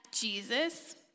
Jesus